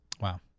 Wow